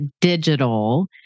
digital